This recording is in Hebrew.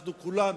אנחנו, כולנו,